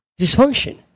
dysfunction